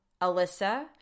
Alyssa